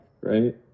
right